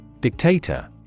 Dictator